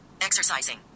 Exercising